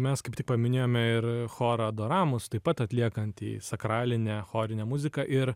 mes kaip tik paminėjome ir chorą adoramus taip pat atliekantį sakralinę chorinę muziką ir